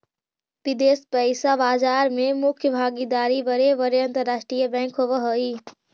विदेश पइसा बाजार में मुख्य भागीदार बड़े बड़े अंतरराष्ट्रीय बैंक होवऽ हई